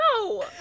no